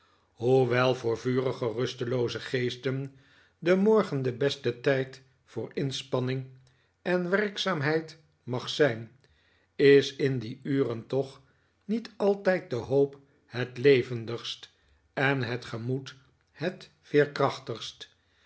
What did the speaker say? hoewel voor vurige rustelooze geesten de morgen de beste tijd voor inspanning en werkzaamheid mag zijn is in die uren toch niet altijd de hoop het levendigst en het gemoed het veerkrachtigst